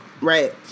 Right